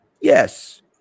Yes